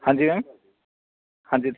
ਹਾਂਜੀ ਮੈਮ ਹਾਂਜੀ